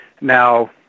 Now